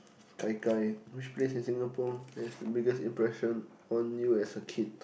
Gai Gai which place in Singapore has biggest impression on you as a kid